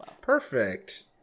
Perfect